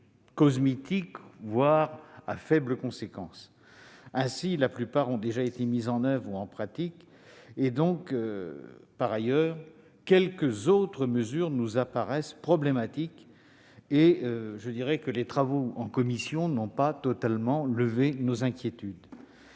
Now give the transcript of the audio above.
cosmétiques ou sans grandes conséquences. Ainsi, la plupart sont déjà mises en oeuvre en pratique. Par ailleurs, quelques autres mesures nous apparaissent problématiques et les travaux en commission n'ont pas totalement levé nos inquiétudes.